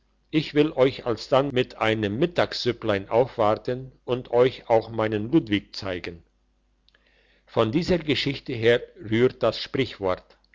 ich will euch alsdann mit einem mittagssüpplein aufwarten und euch auch meinen ludwig zeigen von dieser geschichte her rührt das sprichwort